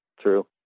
True